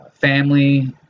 family